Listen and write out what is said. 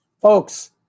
Folks